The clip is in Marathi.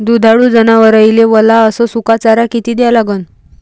दुधाळू जनावराइले वला अस सुका चारा किती द्या लागन?